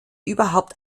überhaupt